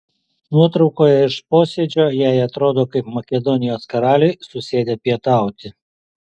nuotraukoje iš posėdžio jei atrodo kaip makedonijos karaliai susėdę pietauti